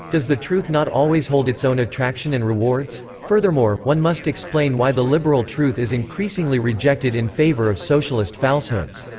does the truth not always hold its own attraction and rewards? furthermore, one must explain why the liberal truth is increasingly rejected in favor of socialist falsehoods.